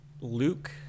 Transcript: Luke